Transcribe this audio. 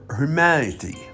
humanity